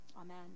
Amen